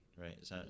right